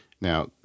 Now